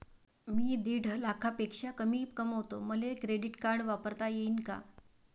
मी दीड लाखापेक्षा कमी कमवतो, मले क्रेडिट कार्ड वापरता येईन का?